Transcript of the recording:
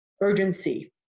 urgency